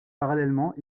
parallèlement